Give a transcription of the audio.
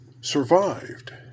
survived